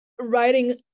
writing